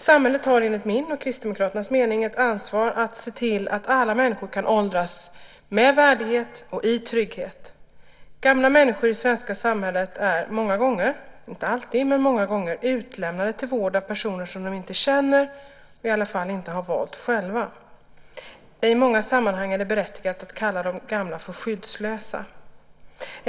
Samhället har, enligt min och Kristdemokraternas mening, ett ansvar att se till att alla människor kan åldras med värdighet och i trygghet. Gamla människor i det svenska samhället är, inte alltid men många gånger, utlämnade till vård av personer som de inte känner och i alla fall inte har valt själva. I många sammanhang är det berättigat att kalla de gamla för skyddslösa.